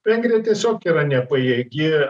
vengrija tiesiog yra nepajėgi